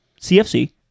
CFC